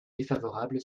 défavorable